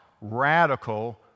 radical